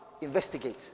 Investigate